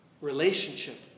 relationship